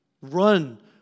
Run